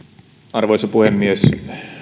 arvoisa puhemies